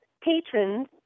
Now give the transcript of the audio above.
patrons